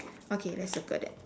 okay let's circle that